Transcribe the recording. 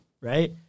right